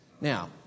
Now